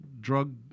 drug